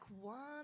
one